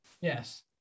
Yes